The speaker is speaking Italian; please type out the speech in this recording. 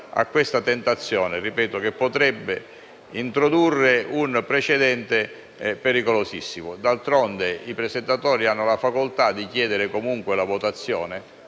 a questa tentazione che potrebbe introdurre un precedente pericolosissimo. D'altronde, i presentatori hanno la facoltà di richiederne comunque la votazione